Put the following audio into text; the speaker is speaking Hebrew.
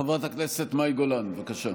חברת הכנסת מאי גולן, בבקשה.